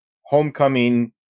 homecoming